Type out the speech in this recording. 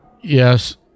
Yes